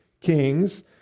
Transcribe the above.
kings